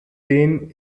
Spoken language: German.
den